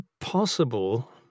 possible